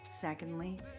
Secondly